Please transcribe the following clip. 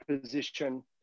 position